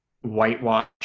whitewash